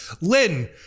Lynn